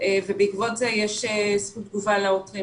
ובעקבות זה יש זכות תגובה לעותרים,